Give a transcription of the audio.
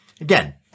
again